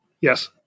Yes